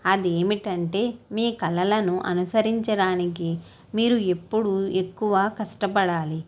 అదేమిటంటే మీ కలలను అనుసరించడానికి మీరు ఎప్పుడూ ఎక్కువ కష్టపడాలి